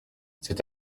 cet